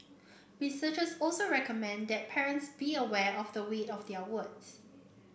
researchers also recommend that parents be aware of the weight of their words